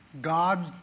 God